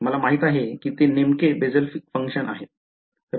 मला माहित आहे कि ते नेमके Bessel Function आहे